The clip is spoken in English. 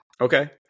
Okay